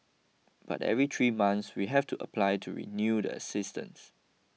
but every three months we have to apply to renew the assistance